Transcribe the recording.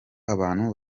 abantu